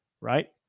right